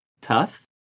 tough